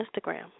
Instagram